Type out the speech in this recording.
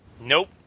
Nope